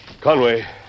Conway